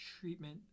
treatment